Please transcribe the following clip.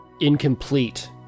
incomplete